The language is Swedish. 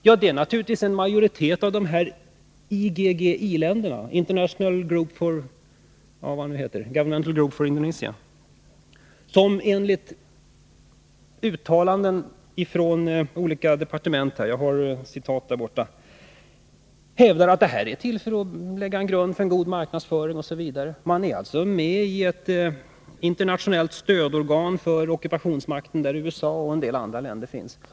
Ja, det är naturligtvis en majoritet av IGGI-länderna, International Governmental Group for Indonesia, som enligt uttalanden från olika departement — jag har citat liggande i min bänk — hävdar att det här är till för att lägga en grund för en god marknadsföring osv. Sverige är alltså med i ett internationellt organ för stöd till ockupationsmakten, tillsammans med USA och en del andra länder.